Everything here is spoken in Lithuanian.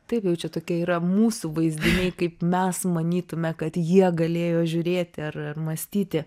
taip jau čia tokie yra mūsų vaizdiniai kaip mes manytume kad jie galėjo žiūrėti ar ar mąstyti